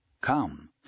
Come